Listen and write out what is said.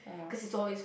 cause it's always